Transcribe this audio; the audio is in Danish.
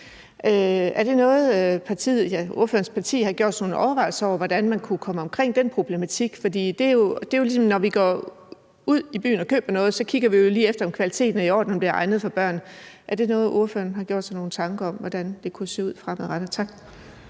Er det noget, ordførerens parti har gjort sig nogle overvejelser om, altså hvordan man kunne komme omkring den problematik? Når vi går ud i byen og køber noget, kigger vi jo lige efter, om kvaliteten er i orden, og om det er egnet for børn. Er det noget, ordføreren har gjort sig nogle tanker om hvordan kunne se ud fremadrettet? Tak.